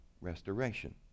restoration